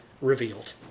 revealed